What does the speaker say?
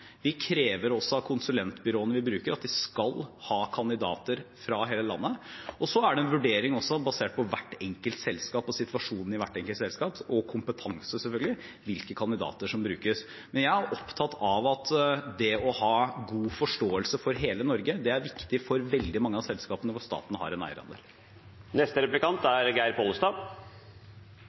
Vi krever også at konsulentbyråene vi bruker, skal ha kandidater fra hele landet. Og så er det en vurdering basert på hvert enkelt selskap og situasjonen i hvert enkelt selskap, og kompetansen selvfølgelig, hvilke kandidater som brukes. Men jeg er opptatt av at det å ha god forståelse for hele Norge er viktig for veldig mange av selskapene hvor staten har en eierandel. I verda finst det tusenvis av aviser, så det er